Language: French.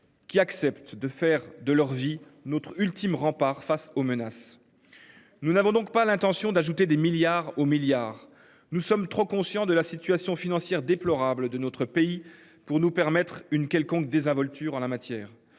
Qui acceptent de faire de leur vie. Notre ultime rempart face aux menaces. Nous n'avons donc pas l'intention d'ajouter des milliards aux milliards. Nous sommes trop conscient de la situation financière déplorable de notre pays pour nous permettre une quelconque désinvolture en la matière.